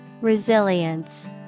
Resilience